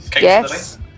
Yes